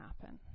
happen